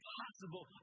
possible